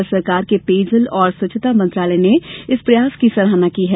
भारत सरकार के पेयजल एवं स्वच्छता मंत्रालय ने इस प्रयास की सराहना की है